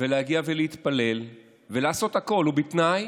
ולהגיע להתפלל ולעשות הכול, ובתנאי